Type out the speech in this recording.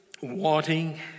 wanting